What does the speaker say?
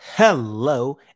Hello